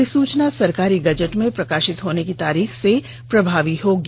अधिसूचना सरकारी गजट में प्रकाशित होने की तारीख से प्रभावी होगी